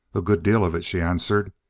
a good deal of it, she answered.